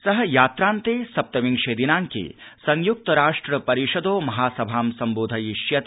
सः यात्रान्ते सप्तविंशे दिनांके संयुक्तराष्ट्रपरिषदो महासभां सम्बोधयिष्यति